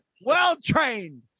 well-trained